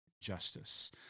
justice